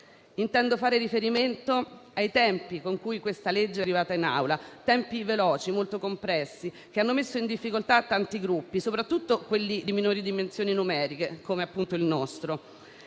Intendo fare riferimento ai tempi con cui questa legge è arrivata in Aula: tempi veloci e molto compressi, che hanno messo in difficoltà tanti Gruppi, soprattutto quelli di minori dimensioni numeriche, come appunto il nostro.